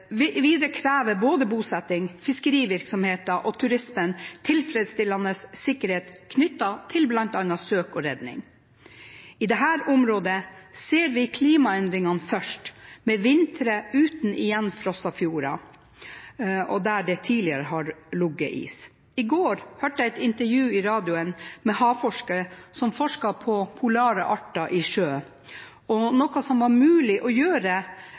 tilfredsstillende sikkerhet knyttet til bl.a. søk og redning. I dette området ser vi klimaendringene først, med vintre uten igjenfrosne fjorder der det tidligere har ligget is. I går hørte jeg et intervju i radioen med havforskere som forsket på polare arter i sjø, noe som var mulig å gjøre